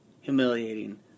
humiliating